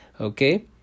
okay